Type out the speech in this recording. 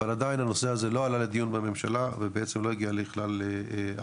אבל עדיין הנושא הזה לא עלה לדיון בממשלה ובעצם לא הגיע לכלל הכרעה,